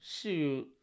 Shoot